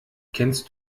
kennst